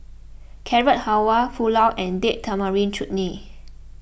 Carrot Halwa Pulao and Date Tamarind Chutney